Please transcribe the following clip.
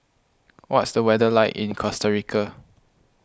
what's the weather like in Costa Rica